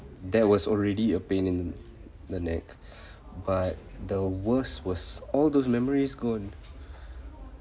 that was already a pain in the neck but the worst was all those memories gone